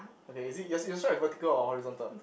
okay is it your s~ your stripe is vertical or horizontal